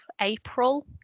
April